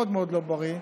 מאוד מאוד לא בריא.